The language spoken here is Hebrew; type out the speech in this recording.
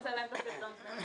תשלים את דבריך.